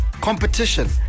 competition